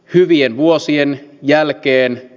hyvien vuosien jälkeen